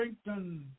strengthen